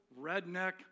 redneck